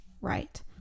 right